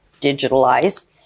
digitalized